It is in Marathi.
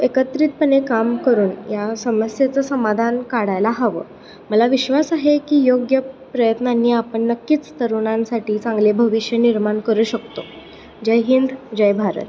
एकत्रितपणे काम करून या समस्येचं समाधान काढायला हवं मला विश्वास आहे की योग्य प्रयत्नांनी आपण नक्कीच तरुणांसाठी चांगले भविष्य निर्माण करू शकतो जय हिंद जय भारत